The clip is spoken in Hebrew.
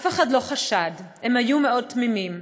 אף אחד לא חשד, הם היו מאוד תמימים.